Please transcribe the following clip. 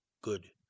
good